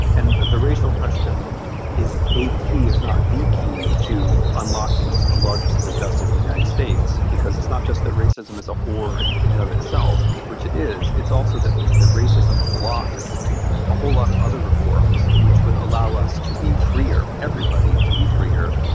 and the the racial question is a key, if not the key, to unlocking a larger sense of justice in the united states, because it's not just that racism is a horror and in and of itself, which it is. it's also that that racism blocks a whole lot of other reforms which would allow us to be freer, everybody to be freer,